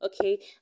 okay